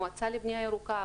המועצה לבנייה ירוקה,